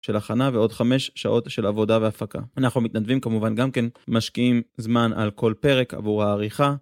של הכנה ועוד חמש שעות של עבודה והפקה. אנחנו מתנדבים כמובן, גם כן משקיעים זמן על כל פרק עבור העריכה.